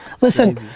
Listen